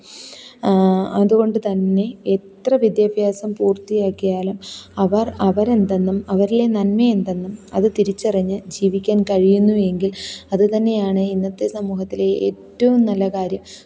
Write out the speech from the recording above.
അതുകൊണ്ട് തന്നെ എത്ര വിദ്യാഭ്യാസം പൂര്ത്തിയാക്കിയാലും അവര് അവർ എന്തെന്നും അവരിലെ നന്മ എന്തെന്നും അത് തിരിച്ചറിഞ്ഞ് ജീവിക്കാന് കഴിയുന്നുവെങ്കില് അത് തന്നെയാണ് ഇന്നത്തെ സമൂഹത്തിലെ ഏറ്റവും നല്ല കാര്യം